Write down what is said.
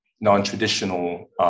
non-traditional